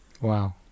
Wow